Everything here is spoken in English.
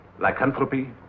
lycanthropy